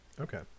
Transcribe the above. Okay